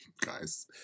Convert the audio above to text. guys